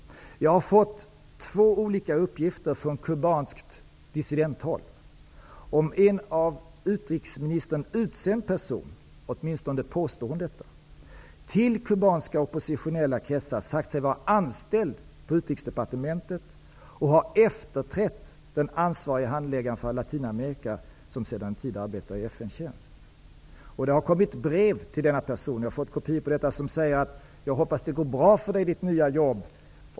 Jag har fått två olika uppgifter från kubanskt dissidenthåll om att en av utrikesministern utsänd person -- åtminstone påstår denna person detta -- till kubanska oppositionella kretsar sagt sig vara anställd på utrikesdepartementet och ha efterträtt den ansvariga handläggaren för Latinamerikafrågor, som sedan en tid arbetar i FN:s tjänst. Det har kommit brev till denna person som jag har fått kopior på. Där sägs: Jag hoppas att det går bra för dig i ditt nya jobb.